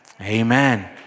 Amen